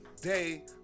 Day